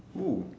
who